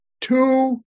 two